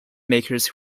makers